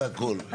זה הכל,